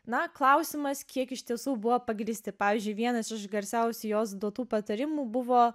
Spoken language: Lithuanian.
na klausimas kiek iš tiesų buvo pagrįsti pavyzdžiui vienas iš garsiausių jos duotų patarimų buvo